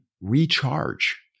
recharge